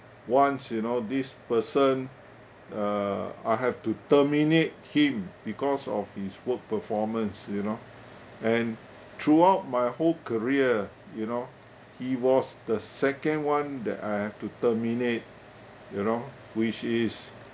once you know this person uh I have to terminate him because of his work performance you know and throughout my whole career you know he was the second [one] that I have to terminate you know which is